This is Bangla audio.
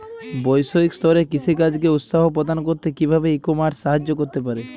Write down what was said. বৈষয়িক স্তরে কৃষিকাজকে উৎসাহ প্রদান করতে কিভাবে ই কমার্স সাহায্য করতে পারে?